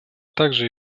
также